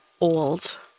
old